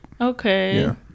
Okay